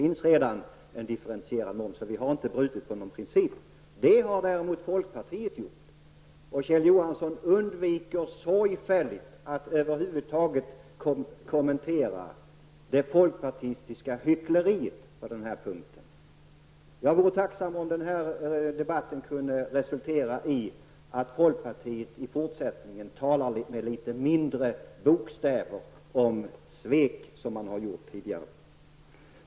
Det har däremot folkpartiet gjort. Kjell Johansson undviker sorgfälligt att över huvud taget kommentera det folkpartistiska hyckleriet på denna punkt. Jag vore tacksam om denna debatt kunde resultera i att folkpartiet i fortsättningen talar med litet mindre bokstäver om svek, såsom man har gjort tidigare.